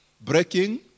Breaking